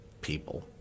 people